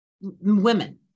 women